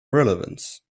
relevance